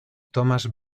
thomas